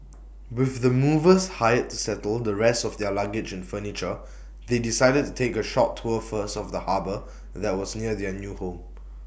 with the movers hired to settle the rest of their luggage and furniture they decided to take A short tour first of the harbour that was near their new home